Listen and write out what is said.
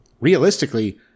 realistically